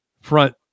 front